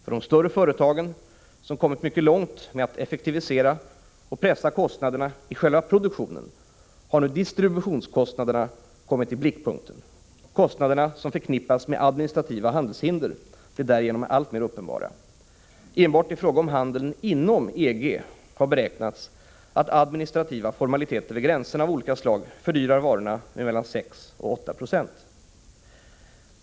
För de större företagen, som kommit mycket långt med att effektivisera och pressa kostnaderna i själva produktionen, har nu distributionskostnaderna kommit i blickpunkten. Kostnaderna förknippade med administrativa handelshinder blir därigenom alltmer uppenbara. Enbart i fråga om handeln inom EG har beräknats att administrativa formaliteter vid gränserna av olika slag fördyrar varorna med mellan 6 och 8 2.